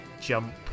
Jump